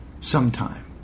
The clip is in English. sometime